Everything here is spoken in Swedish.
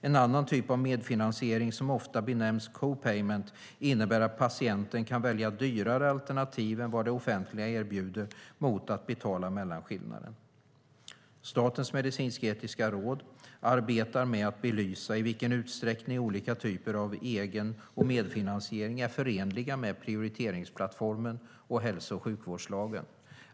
En annan typ av medfinansiering som ofta benämns co-payment innebär att patienten kan välja dyrare alternativ än vad det offentliga erbjuder mot att betala mellanskillnaden. Statens medicinsk-etiska råd, Smer, arbetar med att belysa i vilken utsträckning olika typer av egen och medfinansiering är förenliga med prioriteringsplattformen och hälso och sjukvårdslagen.